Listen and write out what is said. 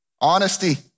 honesty